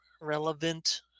relevant